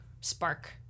spark